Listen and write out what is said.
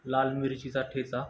लाल मिरचीचा ठेचा